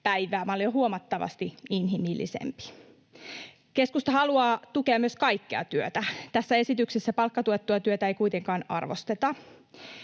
päivää. Malli on huomattavasti inhimillisempi. Keskusta haluaa myös tukea kaikkea työtä. Tässä esityksessä palkkatuettua työtä ei kuitenkaan arvosteta.